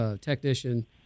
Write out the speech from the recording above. technician